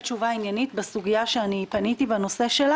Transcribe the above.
תשובה עניינית בסוגיה שפניתי לגביה.